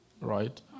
right